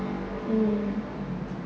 mm